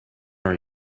are